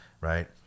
right